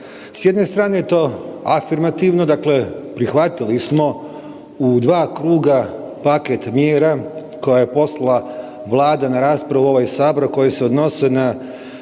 S jedne strane je to afirmativno, dakle prihvatili smo u 2 kruga paket mjera koja je poslala Vlada na raspravu u ovaj Sabor, a koje se odnose na